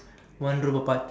one room apart